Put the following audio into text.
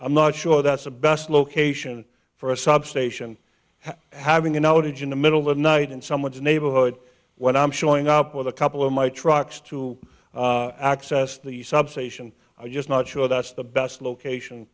i'm not sure that's the best location for a substation having an outage in the middle of night in someone's neighborhood when i'm showing up with a couple of my trucks to access the substation i just not sure that's the best location